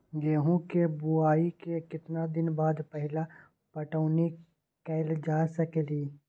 गेंहू के बोआई के केतना दिन बाद पहिला पटौनी कैल जा सकैछि?